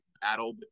battle